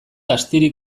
astirik